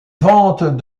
ventes